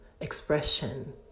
expression